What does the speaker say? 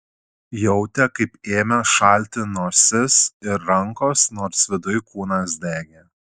jautė kaip ėmė šalti nosis ir rankos nors viduj kūnas degė